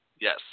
Yes